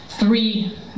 Three